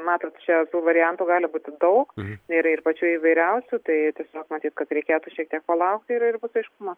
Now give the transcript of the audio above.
matot čia tų variantų gali būti daug tai yra ir pačių įvairiausių tai tiesiog matyt kad reikėtų šiek tiek palaukti ir ir bus aiškuma